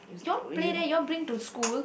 you all play that you all bring to school